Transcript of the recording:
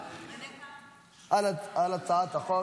להצבעה על הצעת חוק